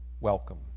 welcome